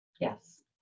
Yes